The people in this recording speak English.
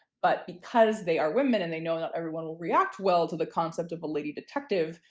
but because they are women and they know not everyone will react well to the concept of a lady detective,